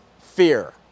fear